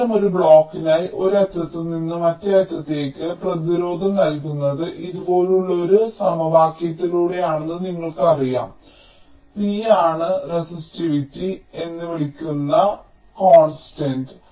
അത്തരമൊരു ബ്ലോക്കിനായി ഒരു അറ്റത്ത് നിന്ന് മറ്റേ അറ്റത്തേക്ക് പ്രതിരോധം നൽകുന്നത് ഇതുപോലുള്ള ഒരു സമവാക്യത്തിലൂടെയാണെന്ന് നിങ്ങൾക്കറിയാം ρ ആണ് റെസിസിറ്റിവിറ്റി എന്ന് വിളിക്കുന്ന കോൺസ്റ്റന്റ്